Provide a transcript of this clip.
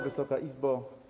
Wysoka Izbo!